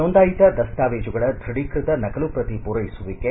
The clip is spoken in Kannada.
ನೋಂದಾಯಿತ ದಸ್ತಾವೇಜುಗಳ ದೃಢೀಕೃತ ನಕಲು ಶ್ರತಿ ಪೂರೈಸುವಿಕೆ